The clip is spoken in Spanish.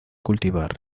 cultivar